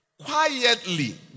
quietly